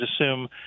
assume